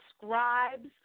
scribes